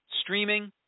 streaming